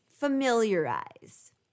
Familiarize